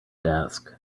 desk